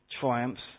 triumphs